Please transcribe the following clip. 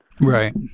Right